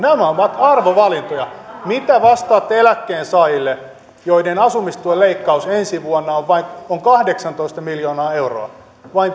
niin nämä ovat arvovalintoja mitä vastaatte eläkkeensaajille joiden asumistuen leikkaus ensi vuonna on kahdeksantoista miljoonaa euroa muuttamalla vain